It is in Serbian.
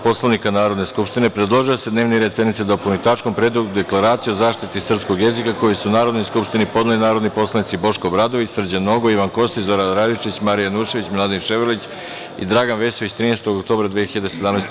Poslovnika Narodne skupštine, predložio je da se dnevni red sednice dopuni tačkom – Predlog deklaracije o zaštiti srpskog jezika, koji su Narodnoj skupštini podneli narodni poslanici Boško Obradović, Srđan Nogo, Ivan Kostić, Zoran Radojičić, Marija Janjušević, Miladin Ševarlić i Dragan Vesović, 13. oktobra 2017.